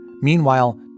Meanwhile